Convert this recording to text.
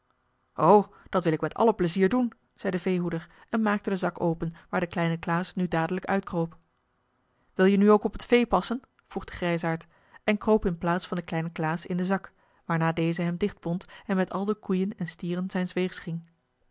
o dat wil ik met alle plezier doen zei de veehoeder en maakte den zak open waar de kleine klaas nu dadelijk uitkroop wil je nu ook op het vee passen vroeg de grijsaard en kroop in plaats van den kleinen klaas in den zak waarna deze hem dichtbond en met al de koeien en stieren zijns weegs